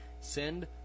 send